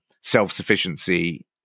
self-sufficiency